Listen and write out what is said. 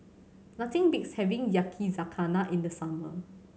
nothing beats having Yakizakana in the summer